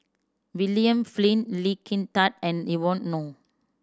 William Flint Lee Kin Tat and Evon Kow